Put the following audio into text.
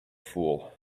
fool